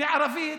בערבית: